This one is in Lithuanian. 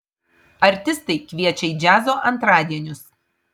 artistai kviečia į džiazo antradienius